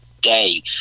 day